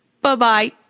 Bye-bye